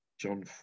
John